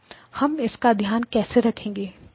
हम इसका ध्यान कैसे रखेंगे